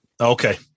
Okay